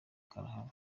karahava